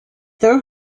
their